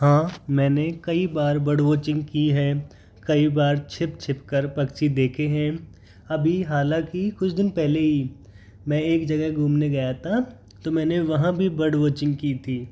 हाँ मैंने कई बार बर्ड वॉचिंग की हैं कई बार छिप छिप कर पक्षी देखें हैं अभी हालांकि कुछ दिन पहले ही मैं एक जगह घूमने गया था तो मैंने वहाँ भी बर्ड वॉचिंग की थी